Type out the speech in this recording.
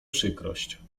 przykrość